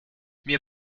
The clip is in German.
mir